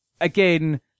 again